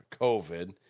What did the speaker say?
COVID